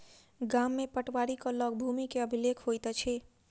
गाम में पटवारीक लग भूमि के अभिलेख होइत अछि